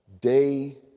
day